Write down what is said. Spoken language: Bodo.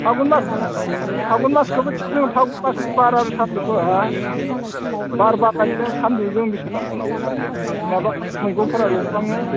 फागुन मासनि फागुन मासखौ मिनथिगौ नोङो फागुन मेसनि बार आरो सान्दुंखौ हो बार बारनायजों सान्दुंजों बेसेबां माबाफोरा मैगंफोरा रबलाङो